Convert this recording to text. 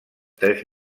tres